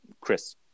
Chris